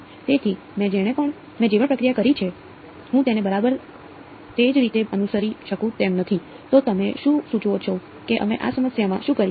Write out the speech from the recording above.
તેથી મેં જે પણ પ્રક્રિયા કરી છે હું તેને બરાબર તે જ રીતે અનુસરી શકું તેમ નથી તો તમે શું સૂચવો છો કે અમે આ સમસ્યામાં શું કરીએ